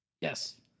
Yes